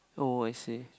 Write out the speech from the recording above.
oh I see